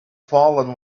fallen